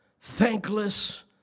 thankless